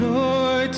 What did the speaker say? joy